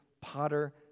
potter